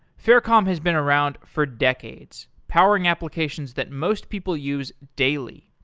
faircom has been around for decades powering applications that most people use daily.